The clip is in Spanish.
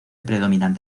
predominante